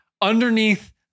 underneath